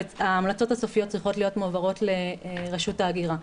ההמלצות הסופיות צריכות להיות מועברות לרשות ההגירה.